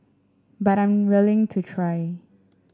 but I'm willing to try